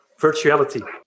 virtuality